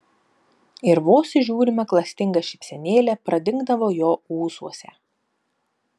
ir vos įžiūrima klastinga šypsenėlė pradingdavo jo ūsuose